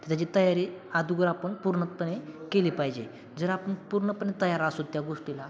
तर त्याची तयारी अगोदर आपण पूर्णपणे केली पाहिजे जर आपण पूर्णपणे तयार असू त्या गोष्टीला